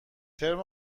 ترم